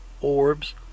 orbs